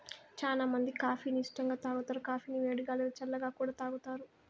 చానా మంది కాఫీ ని ఇష్టంగా తాగుతారు, కాఫీని వేడిగా, లేదా చల్లగా కూడా తాగుతారు